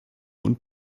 und